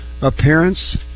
appearance